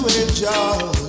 enjoy